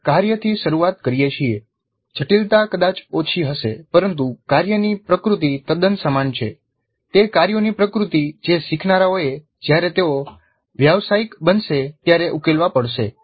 આપણે કાર્યથી શરૂઆત કરીએ છીએ જટિલતા કદાચ ઓછી હશે પરંતુ કાર્યની પ્રકૃતિ તદ્દન સમાન છે તે કાર્યોની પ્રકૃતિ જે શીખનારાઓએ જ્યારે તેઓ વ્યાવસાયિક બનશે ત્યારે ઉકેલવા પડશે